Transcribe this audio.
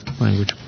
language